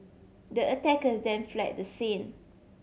the attackers then fled the scene